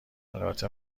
البته